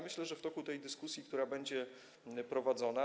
Myślę, że w toku tej dyskusji, która będzie prowadzona.